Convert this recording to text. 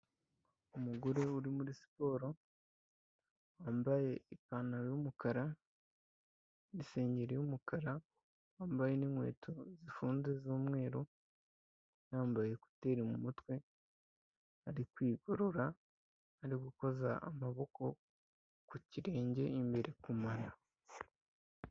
Umugore uri muri siporo wambaye ipantaro y'umukara n'isengeri y'umukara wambaye n'inkweto zifunze z'umweru yambaye koteri mu mutwe, ari kwigorora ari gukoza amaboko ku kirenge imbere ku mano.